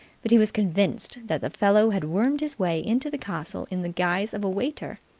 but he was convinced that the fellow had wormed his way into the castle in the guise of a waiter.